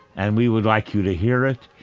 and we would like you to hear it,